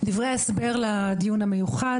דברי הסבר לדיון המיוחד,